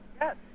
Yes